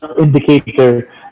indicator